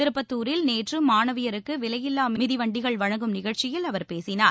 திருப்பத்தூரில் நேற்று மாணவியருக்கு விலையில்லா மிதி வண்டிகள் வழங்கும் நிகழ்ச்சியில் அவர் பேசினார்